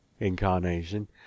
Incarnation